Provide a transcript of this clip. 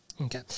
Okay